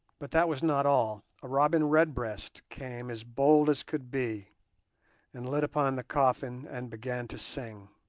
but that was not all. a robin redbreast came as bold as could be and lit upon the coffin and began to sing.